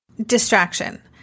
Distraction